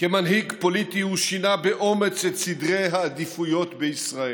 כמנהיג פוליטי הוא שינה באומץ את סדרי העדיפויות בישראל: